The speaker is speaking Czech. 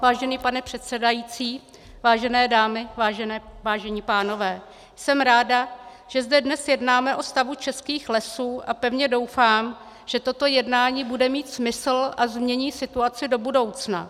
Vážený pane předsedající, vážené dámy, vážení pánové, jsem ráda, že zde dnes jednáme o stavu českých lesů, a pevně doufám, že toto jednání bude mít smysl a změní situaci do budoucna.